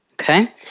Okay